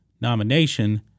nomination